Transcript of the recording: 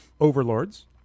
overlords